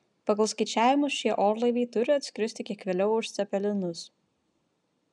pagal skaičiavimus šie orlaiviai turi atskristi kiek vėliau už cepelinus